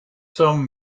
some